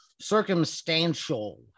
circumstantial